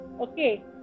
Okay